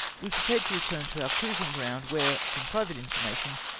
we prepared to return to our cruising ground, where, from private information,